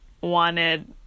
wanted